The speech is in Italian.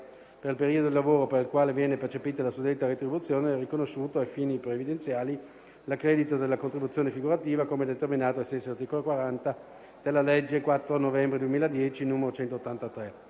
"Per il periodo di lavoro per il quale viene percepita la suddetta retribuzione è riconosciuto, ai fini previdenziali, l'accredito della contribuzione figurativa, come determinato ai sensi dell'articolo 40 della legge 4 novembre 2010, n. 183.";